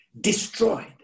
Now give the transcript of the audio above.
destroyed